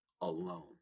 alone